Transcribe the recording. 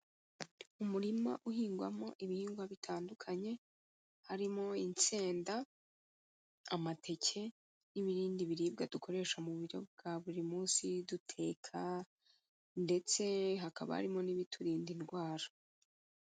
Umurima uhingwamo ibihingwa bitandukanye harimo insenda, amateke n'ibindi biribwa dukoresha mu buryo bwa buri munsi duteka ndetse hakaba harimo n'ibiturinda indwara.